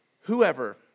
whoever